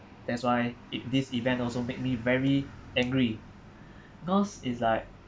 that's why it this event also made me very angry because it's like